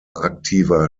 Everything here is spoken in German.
aktiver